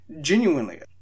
Genuinely